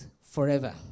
forever